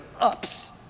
ups